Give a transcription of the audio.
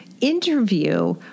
interview